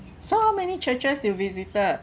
so how many churches you visited